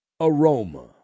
aroma